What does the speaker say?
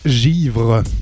givre